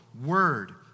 word